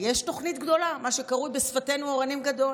יש תוכנית גדולה, מה שקרוי בשפתנו "אורנים גדול",